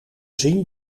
zien